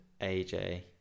AJ